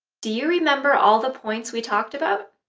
do you remember all the points we talked about?